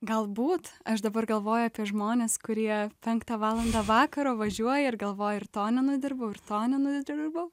galbūt aš dabar galvoju apie žmones kurie penktą valandą vakaro važiuoja ir galvoja ir to nenudirbau ir to nenudirbau